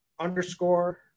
underscore